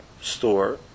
store